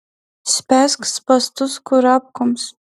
spęsk spąstus kurapkoms